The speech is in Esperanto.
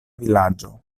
vilaĝo